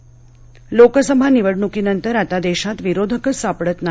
संजय राऊत लोकसभा निवडणुकीनंतर आता देशात विरोधकच सापडत नाही